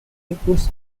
includes